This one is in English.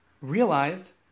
realized